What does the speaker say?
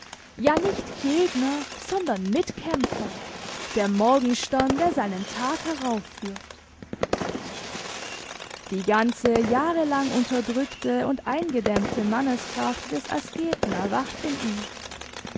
ja nicht gegner sondern mitkämpfer der morgenstern der seinen tag heraufführt die ganze jahrelang unterdrückte und eingedämmte manneskraft des asketen erwacht in ihm